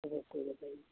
কৰিব পাৰিম